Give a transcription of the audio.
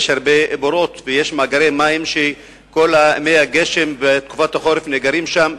יש הרבה בורות ויש מאגרי מים שכל מי הגשם בתקופת החורף נאגרים בהם.